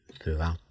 throughout